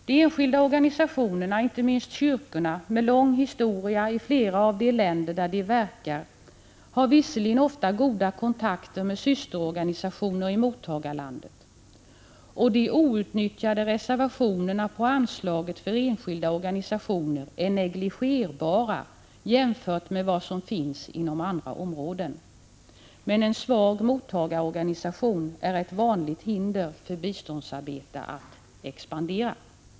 De enskilda organisationerna, inte minst kyrkor med lång historia i flera av de länder där de verkar, har visserligen ofta goda kontakter med systerorganisationer i mottagarlandet, och de outnyttjade reservationerna på anslaget för enskilda organisationer är negligerbara jämfört med vad som finns inom andra områden, men en svag mottagarorganisation är ett vanligt hinder för biståndsarbetets expansion.